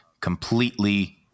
Completely